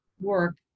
work